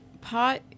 pot